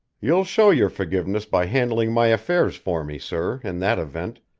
you'll show your forgiveness by handling my affairs for me, sir, in that event,